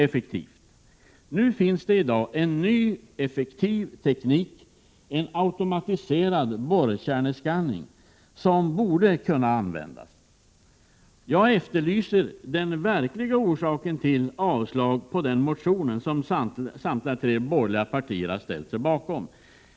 Det finns i dag en ny effektiv teknik — en automatisk borrkärnescanning som borde kunna användas. Jag efterlyser den verkliga orsaken till förslag om avslag på den motion som samtliga tre borgerliga partier har ställt sig bakom.